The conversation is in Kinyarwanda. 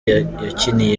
yakiniye